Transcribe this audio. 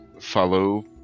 follow